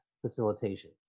facilitation